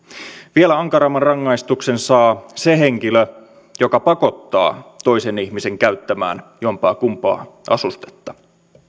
vielä ankaramman rangaistuksen saa se henkilö joka pakottaa toisen ihmisen käyttämään jompaakumpaa asustetta